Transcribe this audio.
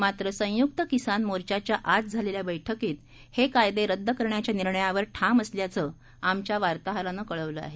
मात्र संयुक्त किसान मोर्चाच्या आज झालेल्या बैठकीत हे कायदे रदद करण्याच्या निर्णयावर ठाम असल्याचं आमच्या वार्ताहरानं कळवलं आहे